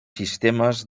sistemes